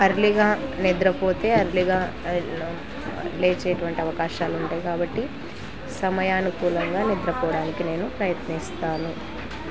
అర్లీగా నిద్రపోతే అర్లీగా లేచేటటువంటి అవకాశాలు ఉంటాయి కాబట్టి సమయానుకూలంగా నిద్రపోవడానికి నేను ప్రయత్నిస్తాను